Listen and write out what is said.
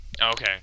okay